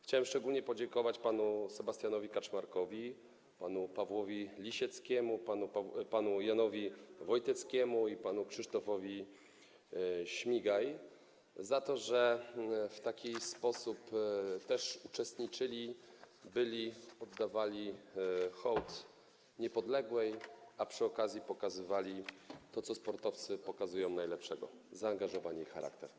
Chciałem szczególnie podziękować panu Sebastianowi Kaczmarkowi, panu Pawłowi Lisieckiemu, panu Janowi Wojteckiemu i panu Krzysztofowi Śmigajowi za to, że w taki sposób też uczestniczyli, byli, oddawali hołd Niepodległej, a przy okazji pokazywali to, co sportowcy pokazują najlepszego: zaangażowanie i charakter.